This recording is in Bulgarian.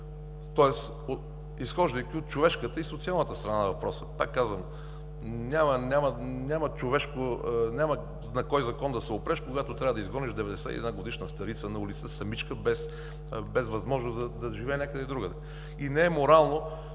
тоест, изхождайки от човешката и социалната страна на въпроса. Пак казвам, няма на кой закон да се опреш, когато трябва да изгониш 91-годишна старица на улицата самичка, без възможност да живее някъде другаде. Не е морално